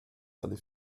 alle